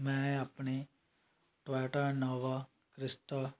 ਮੈਂ ਆਪਣੀ Toyota Innova Crysta